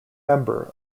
member